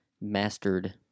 mastered